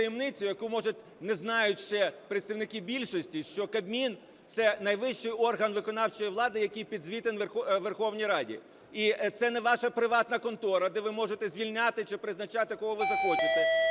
не знають ще представники більшості, що Кабмін – це найвищий орган виконавчої влади, який підзвітний Верховній Раді, і це не ваша приватна контора, де ви можете звільняти чи призначати, кого ви захочете.